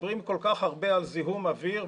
כשמדברים כל כך הרבה על זיהום אוויר,